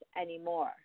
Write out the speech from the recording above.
anymore